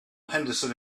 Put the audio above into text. henderson